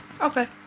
okay